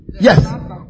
Yes